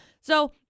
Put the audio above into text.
so-